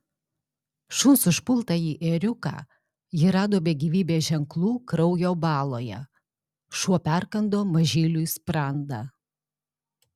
šuns užpultąjį ėriuką ji rado be gyvybės ženklų kraujo baloje šuo perkando mažyliui sprandą